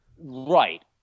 right